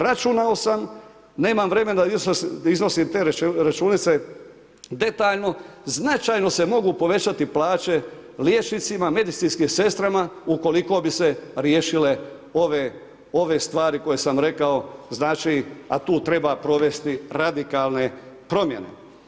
Računao sam, nemam vremena iznosit te računice detaljno, značajno se mogu povećati plaće liječnicima, medicinskim sestrama ukoliko bi se riješile ove stvari koje sam rekao, znači a tu treba provesti radikalne promjene.